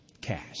cash